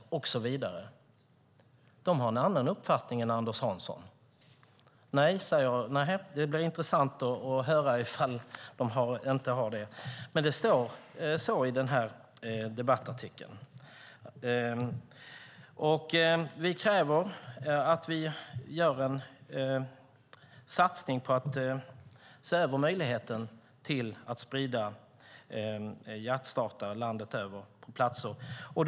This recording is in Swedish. De har en annan uppfattning än Anders Hansson. Nähä, Anders Hansson förnekar detta genom att skaka på huvudet. Det blir intressant att höra hans förklaring till det. Men det står så i den här debattartikeln. Vi kräver att det görs en satsning på att se över möjligheten att sprida hjärtstartare på platser landet över.